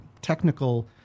Technical